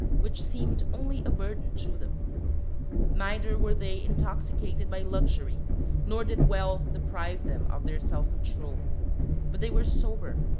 which seemed only a burden to them neither were they intoxicated by luxury nor did wealth deprive them of their self-control but they were sober,